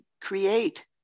create